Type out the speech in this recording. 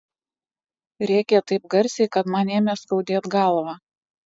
rėkė taip garsiai kad man ėmė skaudėt galvą